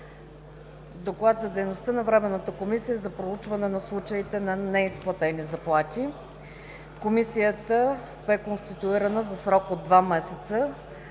„Доклад за дейността на Временната комисия за проучване на случаите на неизплатени заплати.“ Комисията бе конституирана за срок от два месеца.